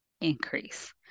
increase